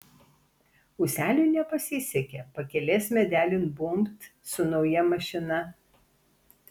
ūseliui nepasisekė pakelės medelin bumbt su nauja mašina